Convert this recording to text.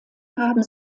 haben